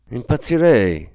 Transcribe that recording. impazzirei